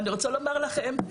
אני רוצה לומר לכם,